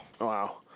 Wow